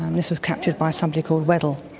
um this was captured by somebody called weddell.